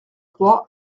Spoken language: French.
trois